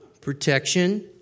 Protection